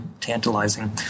tantalizing